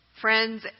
Friends